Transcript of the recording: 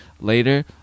later